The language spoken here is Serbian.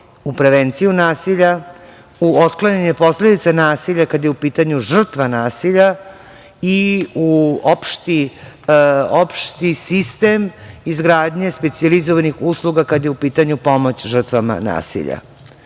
u prevenciju nasilja, u otklanjanje posledica nasilja kada je u pitanju žrtva nasilja i u opšti sistem izgradnje specijalizovanih usluga kada je u pitanju pomoć žrtvama nasilja.Zašto